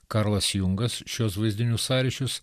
karlas jungas šiuos vaizdinių sąryšius